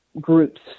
groups